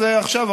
עכשיו,